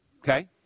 Okay